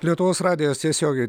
lietuvos radijas tiesiogiai